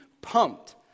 pumped